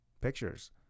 pictures